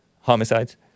homicides